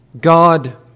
God